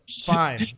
Fine